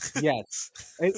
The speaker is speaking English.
Yes